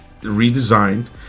redesigned